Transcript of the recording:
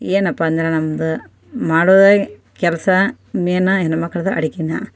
ಏನಪ್ಪ ಅಂದರೆ ನಮ್ಮದು ಮಾಡೋದಾಗ ಕೆಲಸ ಮೇನ ಹೆಣ್ಣು ಮಕ್ಕಳದ ಅಡುಗೇನೇ